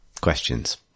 Questions